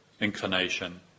inclination